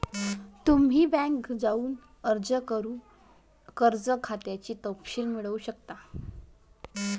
तुम्ही बँकेत जाऊन अर्ज करून कर्ज खात्याचे तपशील मिळवू शकता